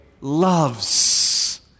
loves